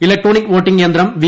electronic voting യന്ത്രം V